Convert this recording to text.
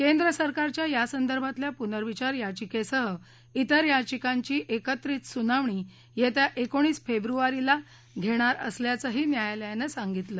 केंद्रसरकारच्या या संदर्भातल्या पुनर्रिचार याचिकेसह इतर याचिकांची एकत्रित सुनावणी येत्या एकोणीस फेब्रुवारीला घेणार असल्याचंही न्यायालयानं सांगितलं